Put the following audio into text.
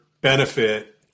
benefit